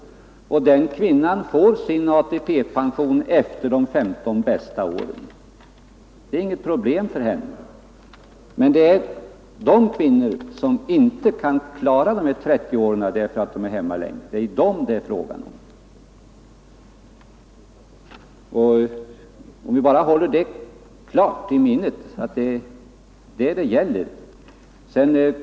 Hon får grunda sin ATP-pension på de 15 bästa åren. Det är alltså inget problem för henne. Frågan gäller de kvinnor som inte kan klara att arbeta 30 år, det är det vi skall hålla i minnet.